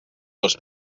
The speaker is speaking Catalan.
dos